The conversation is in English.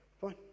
Fine